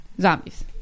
zombies